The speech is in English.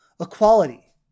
equality